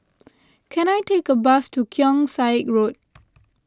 can I take a bus to Keong Saik Road